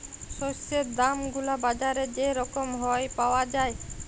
শস্যের দাম গুলা বাজারে যে রকম হ্যয় পাউয়া যায়